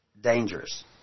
dangerous